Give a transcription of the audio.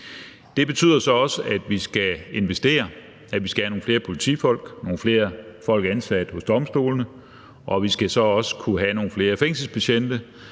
Det betyder så også, at vi skal investere, at vi skal have nogle flere politifolk, nogle flere folk ansat hos domstolene, og vi skal så også have nogle flere fængselsbetjente,